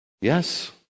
Yes